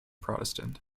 protestant